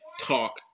talk